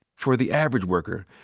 for the average worker,